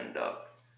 up